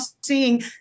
seeing